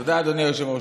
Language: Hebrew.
תודה, אדוני היושב-ראש.